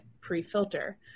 pre-filter